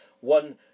One